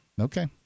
Okay